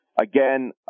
again